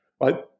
right